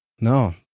No